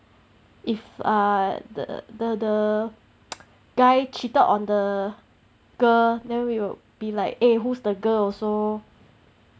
if err the the the guy cheated on the girl then we will be like err who's the girl also